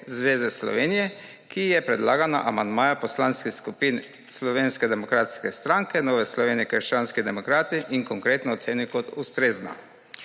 zveze Slovenije, ki je predlagana amandmaja poslanskih skupin Slovenske demokratske stranke, Nove Slovenije – krščanskih demokratov in Konkretno ocenil kot ustrezna.